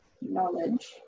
Knowledge